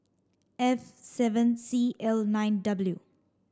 F seven C L nine W